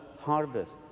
harvest